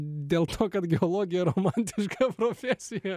dėl to kad geologija romantiška profesija